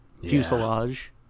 fuselage